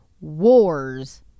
wars